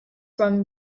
from